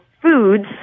foods